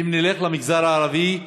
ואם נלך למגזר הערבי,